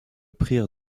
prièrent